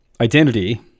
identity